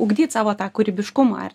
ugdyt savo tą kūrybiškumą ar